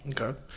okay